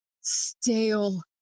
stale